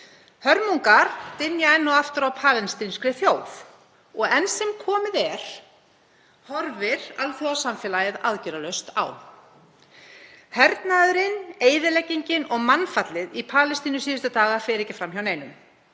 Hörmungar dynja enn og aftur á palestínskri þjóð og enn sem komið er horfir alþjóðasamfélagið aðgerðalaust á. Hernaðurinn, eyðileggingin og mannfallið í Palestínu síðustu daga fer ekki fram hjá neinum.